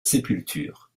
sépulture